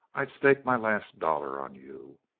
i'd stake my last dollar on you!